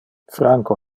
franco